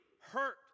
hurt